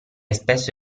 spesso